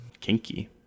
Kinky